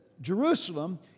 Jerusalem